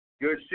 Good